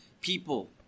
people